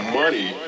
money